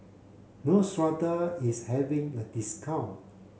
Neostrata is having a discount